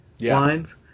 lines